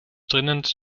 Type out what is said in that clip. dringend